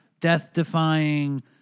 death-defying